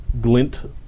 glint